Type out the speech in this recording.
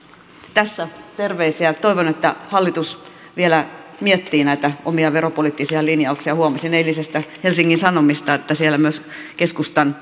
tässä terveisiä toivon että hallitus vielä miettii näitä omia veropoliittisia linjauksiaan huomasin eilisestä helsingin sanomista että siellä myös keskustan